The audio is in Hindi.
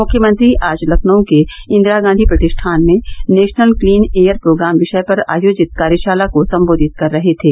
मुख्यमंत्री आज लखनऊ के इंदिरा गांधी प्रति ठान में नेशनल क्लीन एयर प्रोग्राम वि ाय पर आयोजित कार्यशाला को सम्बोधित कर रहे थे